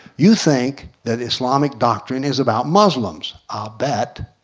you think that islamic doctrine is about muslims. i'll bet.